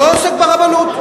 לא עוסק ברבנות.